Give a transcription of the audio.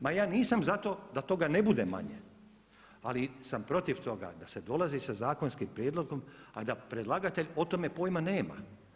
Ma ja nisam za to da toga ne bude manje, ali sam protiv toga da se dolazi sa zakonskim prijedlogom a da predlagatelj o tome pojma nema.